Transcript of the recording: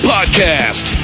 Podcast